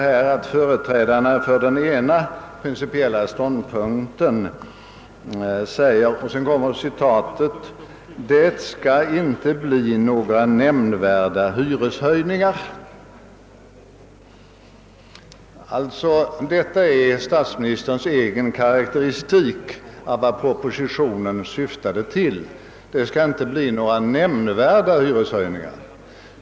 Han yttrade att företrädarna för den ena principiella ståndpunkten säger: »Det ska inte bli några nämnvärda hyreshöjningar.» Detta är alltså statsministerns egen karakteristik av vad propositionen syftade till — det skall inte bli några nämnvärda hyreshöjningar.